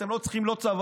אתם לא צריכים לא צבא,